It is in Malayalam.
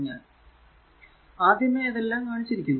ഞാൻ ആദ്യമേ ഇതെല്ലാം കാണിച്ചിരിക്കുന്നു